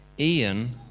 Ian